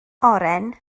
oren